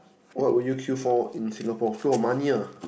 what will you kill for in Singapore kill for money ah